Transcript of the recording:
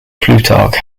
plutarch